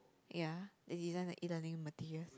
ya they design the e-learning materials